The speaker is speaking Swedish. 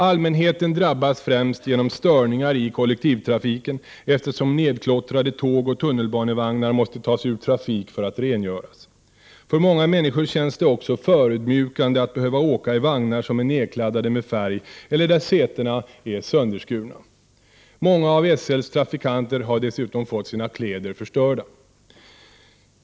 Allmänheten drabbas främst genom störningar i kollektivtrafiken, eftersom nedklottrade tåg och tunnelbanevagnar måste tas ur trafik för att rengöras. För många människor känns det också förödmjukande att behöva åka i vagnar som är nedkladdade med färg eller där sätena är sönderskurna. Många av SL:s trafikanter har dessutom fått sina kläder förstörda.